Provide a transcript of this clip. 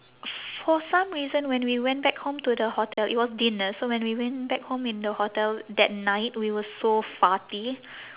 for some reason when we went back home to the hotel it was dinner so when we went back home in the hotel that night we were so farty